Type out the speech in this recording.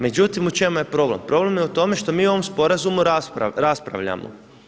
Međutim u čemu je problem? problem je u tome što mi o ovom sporazumu raspravljamo.